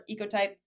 ecotype